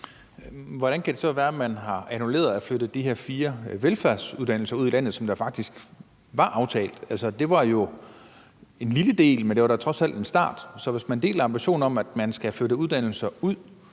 Hvordan kan det så være, at man har annulleret at flytte de her fire velfærdsuddannelser ud i landet, som jo faktisk var aftalt. Altså, det var jo en lille del, men det var da trods alt en start. Så hvis man deler ambitionen om, at man skal flytte uddannelser ud,